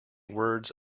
words